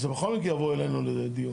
אז זה בכל מקרה יבוא אלינו לדיון.